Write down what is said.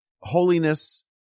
holiness